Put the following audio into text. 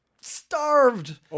starved